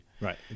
right